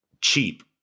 cheap